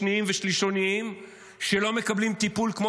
שניים ושלישוניים שלא מקבלים טיפול כמו